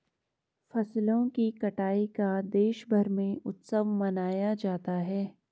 फसलों की कटाई का देशभर में उत्सव मनाया जाता है